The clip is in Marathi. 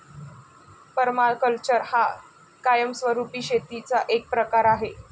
पर्माकल्चर हा कायमस्वरूपी शेतीचा एक प्रकार आहे